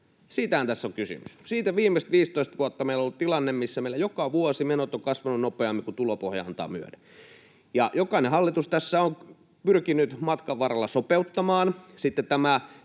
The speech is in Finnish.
Siitähän tässä on kysymys. Viimeiset 15 vuotta meillä on ollut tilanne, missä meillä joka vuosi menot ovat kasvaneet nopeammin kuin tulopohja antaa myöden. Jokainen hallitus tässä on pyrkinyt matkan varrella sopeuttamaan. Sitten kun